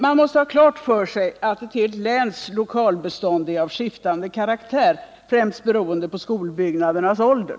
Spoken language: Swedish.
Man måste ha klart för sig att ett helt läns skollokalbestånd är av skiftande karaktär, främst beroende på skolbyggnadernas ålder.